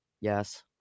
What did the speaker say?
Yes